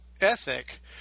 ethic –